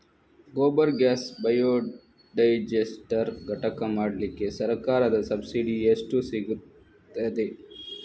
Gobar gas biodigester ಘಟಕ ಮಾಡ್ಲಿಕ್ಕೆ ಸರ್ಕಾರದ ಸಬ್ಸಿಡಿ ಎಷ್ಟು ಸಿಕ್ತಾದೆ?